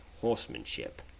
horsemanship